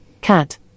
cat